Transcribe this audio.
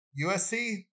USC